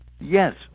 Yes